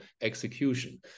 execution